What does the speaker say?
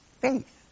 faith